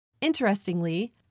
Interestingly